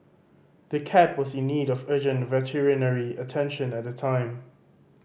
the cat was in need of urgent veterinary attention at the time